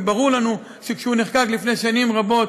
וברור לנו שכשהוא נחקק לפני שנים רבות